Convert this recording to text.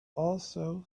also